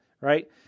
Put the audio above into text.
right